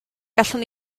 gallwn